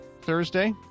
Thursday